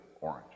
orange